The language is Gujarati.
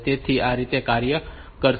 તેથી તે રીતે તે કાર્ય કરશે